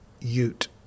ute